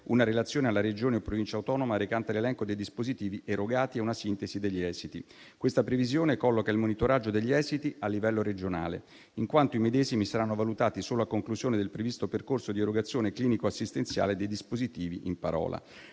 una relazione alla Regione o Provincia autonoma recante l'elenco dei dispositivi erogati e una sintesi degli esiti. Questa previsione colloca il monitoraggio degli esiti a livello regionale, in quanto i medesimi saranno valutati solo a conclusione del previsto percorso di erogazione clinico assistenziale dei dispositivi in parola.